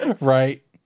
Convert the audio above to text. right